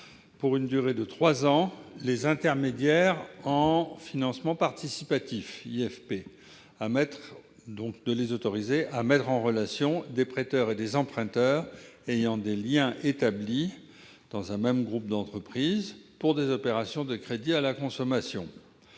une durée de trois ans, les intermédiaires en financement participatif, ou IFP, à mettre en relation des prêteurs et des emprunteurs ayant des liens établis au sein d'un même groupe d'entreprises pour des opérations de crédit à la consommation.